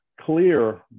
clear